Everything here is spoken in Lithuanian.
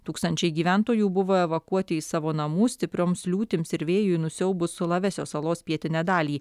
tūkstančiai gyventojų buvo evakuoti iš savo namų stiprioms liūtims ir vėjui nusiaubus sulavesio salos pietinę dalį